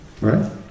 right